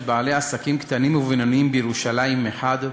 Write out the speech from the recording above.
בעלי עסקים קטנים ובינוניים בירושלים מחד גיסא,